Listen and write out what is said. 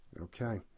Okay